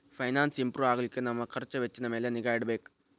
finance improve ಆಗ್ಲಿಕ್ಕೆ ನಮ್ ಖರ್ಛ್ ವೆಚ್ಚಿನ್ ಮ್ಯಾಲೆ ನಿಗಾ ಇಡ್ಬೆಕ್